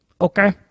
Okay